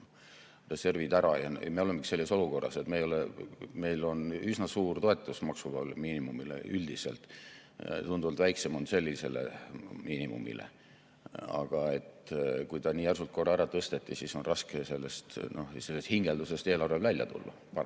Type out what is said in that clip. reservid ära. Me olemegi selles olukorras, et meil on üsna suur toetus maksuvabale miinimumile üldiselt, tunduvalt väiksem toetus on sellisele miinimumile. Aga kui ta nii järsult korra ära tõsteti, siis on eelarvel raske sellest hingeldusest välja tulla, paraku.